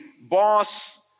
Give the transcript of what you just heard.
boss